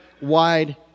wide